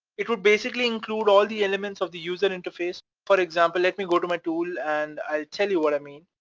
it will basically include all the elements of the user interface. for example, let me go to my tool and i'll tell you what i mean.